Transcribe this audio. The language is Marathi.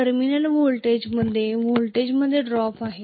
टर्मिनल व्होल्टेजमध्ये व्होल्टेजमध्ये ड्रॉप आहे